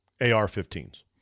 AR-15s